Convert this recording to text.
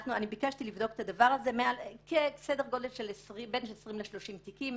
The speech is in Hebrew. סדר גודל של בין 20 ל-30 תיקים.